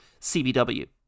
CBW